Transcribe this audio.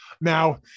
Now